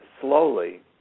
slowly